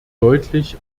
deutlich